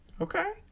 Okay